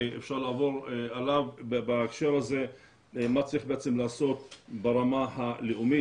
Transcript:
מה צריך לעשות ברמה הלאומית,